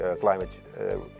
climate